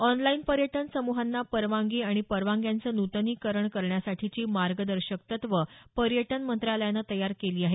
online पर्यटन सम्हांना परवानगी आणि परवानग्यांचं नूतणीकरण करण्यासाठीची मार्गदर्शक तत्वे पर्यटन मंत्रालयानं तयार केली आहेत